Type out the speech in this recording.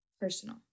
personal